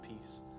peace